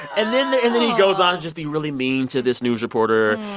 and then they and then he goes on just being really mean to this news reporter.